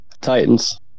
Titans